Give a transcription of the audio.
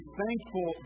thankful